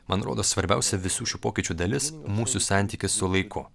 man rodos svarbiausia visų šių pokyčių dalis mūsų santykis su laiku